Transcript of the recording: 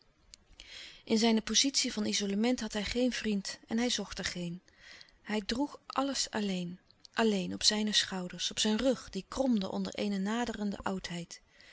in zijne pozitie van izolement had hij geen vriend en hij zocht er geen hij droeg alles alleen alleen op zijne schouders op zijn rug die kromde onder louis couperus de stille kracht eene naderende oudheid